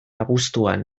abuztuan